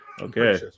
Okay